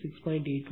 81 98